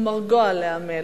ומרגוע לעמל.